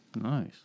nice